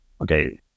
okay